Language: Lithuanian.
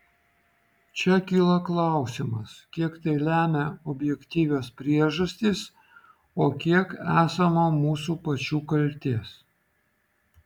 čia kyla klausimas kiek tai lemia objektyvios priežastys o kiek esama mūsų pačių kaltės